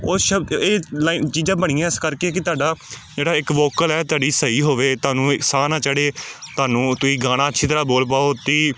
ਉਹ ਸ਼ਬ ਇਹ ਲਾਈਨ ਚੀਜ਼ਾਂ ਬਣੀਆਂ ਇਸ ਕਰਕੇ ਕਿ ਤੁਹਾਡਾ ਜਿਹੜਾ ਇੱਕ ਵੋਕਲ ਹੈ ਤੁਹਾਡੀ ਸਹੀ ਹੋਵੇ ਤੁਹਾਨੂੰ ਸਾਹ ਨਾ ਚੜ੍ਹੇ ਤੁਹਾਨੂੰ ਤੁਸੀਂ ਗਾਣਾ ਅੱਛੀ ਤਰ੍ਹਾਂ ਬੋਲ ਪਾਓ ਤੁਸੀਂ